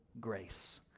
grace